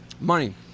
Money